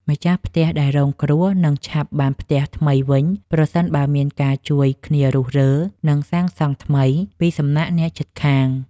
ម្ចាស់ផ្ទះដែលរងគ្រោះនឹងឆាប់បានផ្ទះថ្មីវិញប្រសិនបើមានការជួយគ្នារុះរើ និងសាងសង់ថ្មីពីសំណាក់អ្នកជិតខាង។